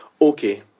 Okay